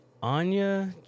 Anya